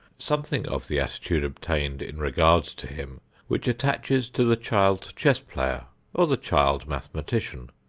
something of the attitude obtained in regard to him which attaches to the child chess player or the child mathematician.